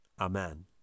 Amen